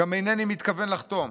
גם אינני מתכוון לחתום,